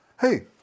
hey